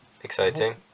exciting